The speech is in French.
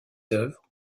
œuvres